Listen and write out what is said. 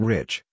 Rich